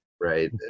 right